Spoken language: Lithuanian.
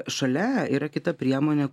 šalia yra kita priemonė